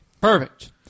Perfect